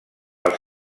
els